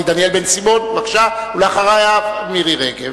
דניאל בן-סימון, בבקשה, ואחריו, מירי רגב.